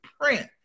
print